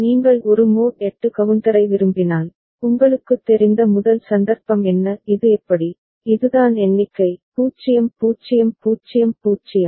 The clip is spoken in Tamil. நீங்கள் ஒரு மோட் 8 கவுண்டரை விரும்பினால் உங்களுக்குத் தெரிந்த முதல் சந்தர்ப்பம் என்ன இது எப்படி இதுதான் எண்ணிக்கை 0 0 0 0